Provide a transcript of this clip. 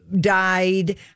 died